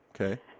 Okay